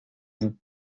vous